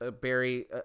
Barry